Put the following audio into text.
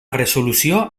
resolució